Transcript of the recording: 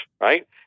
right